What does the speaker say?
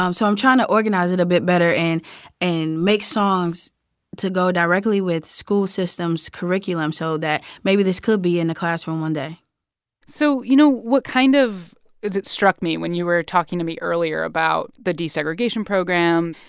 um so i'm trying to organize it a bit better and and make songs to go directly with school systems' curriculum so that maybe this could be in a classroom one day so, you know, what kind of struck me when you were talking to me earlier about the desegregation program,